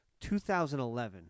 2011